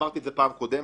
אמרתי את זה בפעם הקודמת